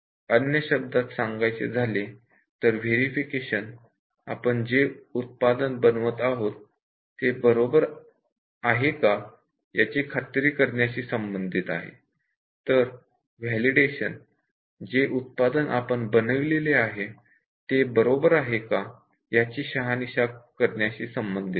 अन्य शब्दात सांगायचे झाले तर व्हेरिफिकेशन आपण जे उत्पादन बनवत आहोत ते बरोबर आहे का याची खात्री करण्याशी संबंधित आहे तर व्हॅलिडेशन जे उत्पादन आपण बनविलेले आहे ते बरोबर आहे का याची शहानिशा करण्याशी संबंधित आहे